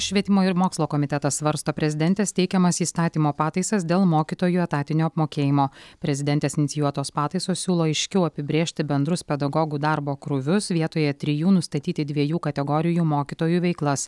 švietimo ir mokslo komitetas svarsto prezidentės teikiamas įstatymo pataisas dėl mokytojų etatinio apmokėjimo prezidentės inicijuotos pataisos siūlo aiškiau apibrėžti bendrus pedagogų darbo krūvius vietoje trijų nustatyti dviejų kategorijų mokytojų veiklas